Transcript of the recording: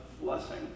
blessing